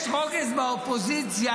יש רוגז באופוזיציה,